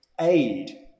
aid